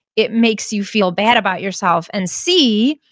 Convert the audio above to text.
it makes you feel bad about yourself, and c,